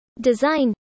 Design